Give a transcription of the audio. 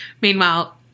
Meanwhile